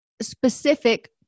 specific